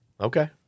Okay